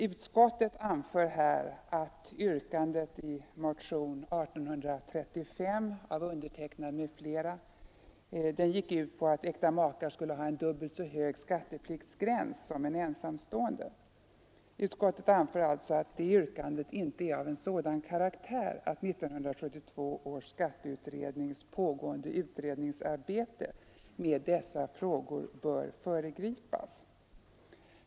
Utskottet anför att yrkandet i motionen 1835 av mig m.fl., som gick ut på att äkta makar skulle ha dubbelt så hög skattepliktsgräns som en ensamstående, inte är ”av sådan karaktär att 1972 års skatteutrednings pågående utredningsarbete med dessa frågor bör föregripas”.